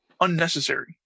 unnecessary